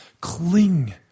Cling